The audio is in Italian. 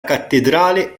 cattedrale